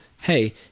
Hey